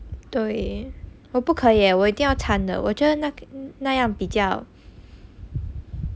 对我不可以耶我一定要参的我觉得那那样比较